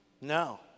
No